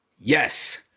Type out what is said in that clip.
Yes